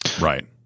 Right